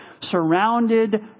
surrounded